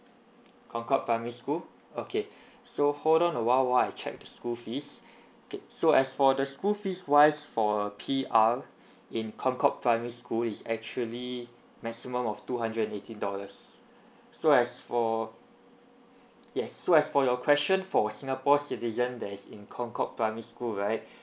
concord primary school okay so hold on a while while I check the school fees okay so as for the school fees wise for P_R in concord primary school is actually maximum of two hundred and eighteen dollars so as for yes so as for your question for singapore citizen that is in concord primary school right